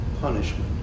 punishment